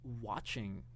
watching